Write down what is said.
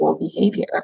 behavior